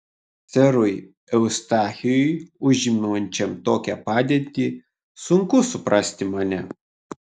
serui eustachijui užimančiam tokią padėtį sunku suprasti mane